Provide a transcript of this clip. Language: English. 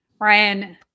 Ryan